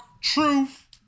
truth